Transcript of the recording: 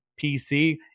PC